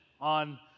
on